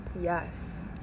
Yes